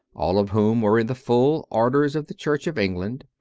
all of whom were in the full orders of the church of england,